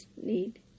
need